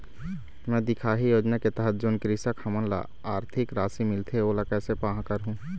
मैं दिखाही योजना के तहत जोन कृषक हमन ला आरथिक राशि मिलथे ओला कैसे पाहां करूं?